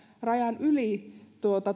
rajan yli